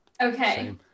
Okay